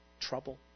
trouble